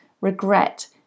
regret